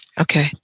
Okay